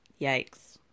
Yikes